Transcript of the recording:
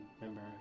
remember